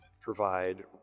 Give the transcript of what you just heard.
provide